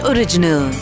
Original